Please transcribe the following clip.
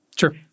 Sure